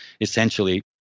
essentially